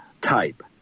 type